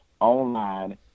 Online